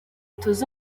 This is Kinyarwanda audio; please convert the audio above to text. tuzi